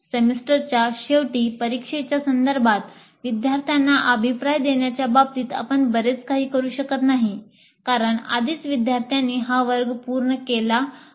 सेमिस्टरच्या शेवटी परीक्षेच्या संदर्भात विद्यार्थ्यांना अभिप्राय देण्याच्या बाबतीत आपण बरेच काही करू शकत नाही कारण आधीच विद्यार्थ्यांनी हा वर्ग पूर्ण केला आहे